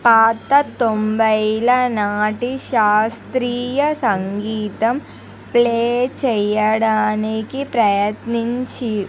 పాత తొంభైల నాటి శాస్త్రీయ సంగీతం ప్లే చెయ్యడానికి ప్రయత్నించు